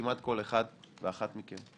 כמעט עם כל אחד ואחת מכם,